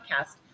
podcast